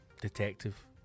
detective